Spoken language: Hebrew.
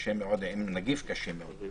קשה מאוד עם נגיף קשה מאוד.